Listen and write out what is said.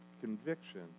Conviction